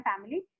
family